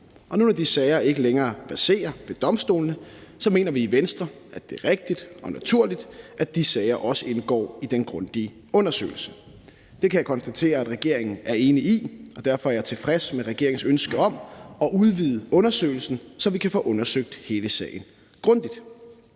når de sager ikke længere verserer ved domstolene, så mener vi i Venstre, at det er rigtigt og naturligt, at de sager også indgår i den grundige undersøgelse. Det kan jeg konstatere at regeringen enig i, og derfor er jeg tilfreds med regeringens ønske om at udvide undersøgelsen, så vi kan få undersøgt hele sagen grundigt.